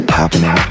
happening